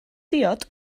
diod